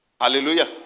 Hallelujah